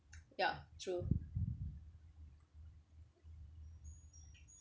ya true